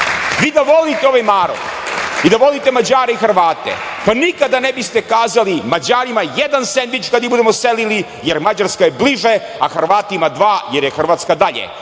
Vi da volite ovaj narod i da volite Mađare i Hrvate, pa nikada ne biste kazali – Mađarima jedan sendvič kad ih budemo selili, jer Mađarska je bliže, a Hrvatima dva, jer je Hrvatska dalje. Mi